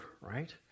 right